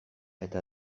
eta